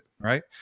right